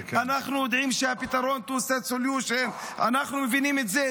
אנחנו יודעים שהפתרון הוא states solution Two. אנחנו מבינים את זה?